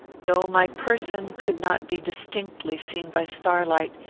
though my person could not be distinctly seen by starlight,